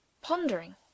pondering